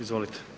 Izvolite.